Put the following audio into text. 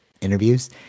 interviews